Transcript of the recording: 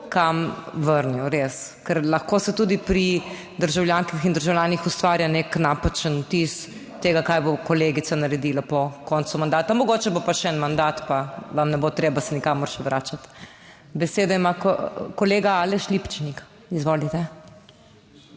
kam vrnil, res. Ker lahko se tudi pri državljankah in državljanih ustvarja nek napačen vtis tega, kaj bo kolegica naredila po koncu mandata. Mogoče bo pa še en mandat, pa vam ne bo treba se nikamor še vračati. Besedo ima kolega Aleš Lipčnik, izvolite.